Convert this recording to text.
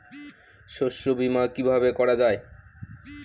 শস্য বীমা কিভাবে করা যায়?